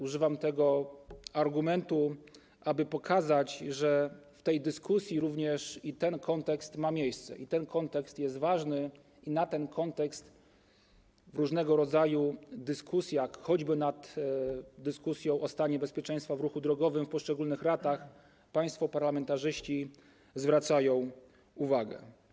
Używam tego argumentu, aby pokazać, że w tej dyskusji również i ten kontekst ma miejsce, i ten kontekst jest ważny, i na ten kontekst w różnego rodzaju dyskusjach, choćby w dyskusji o stanie bezpieczeństwa w ruchu drogowym w poszczególnych latach, państwo parlamentarzyści zwracają uwagę.